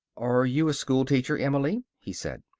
are you a schoolteacher, emily? he said.